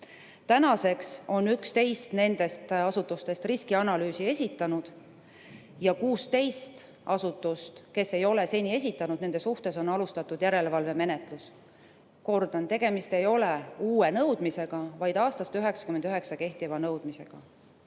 Tänaseks on 11 nendest asutustest riskianalüüsi esitanud ja 16 asutuse suhtes, kes ei ole seni esitanud, on alustatud järelevalvemenetlust. Kordan, tegemist ei ole uue nõudmisega, vaid aastast 1999 kehtiva nõudmisega.